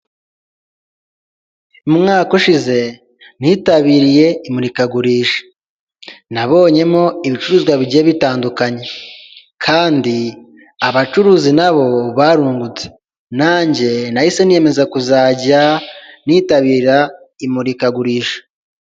Umwaka ushize nitabiriye imurikagurisha, nabonyemo ibicuruzwa bigiye bitandukanye, kandi abacuruzi nabo barungutse nanjye nahise neyemeza kuzajya nitabira imurikagurisha.